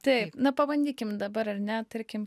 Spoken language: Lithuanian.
taip na pabandykim dabar ar ne tarkim